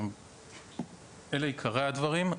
אלה עיקרי הדברים.